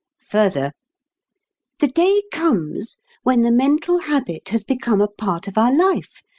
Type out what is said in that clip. further the day comes when the mental habit has become a part of our life,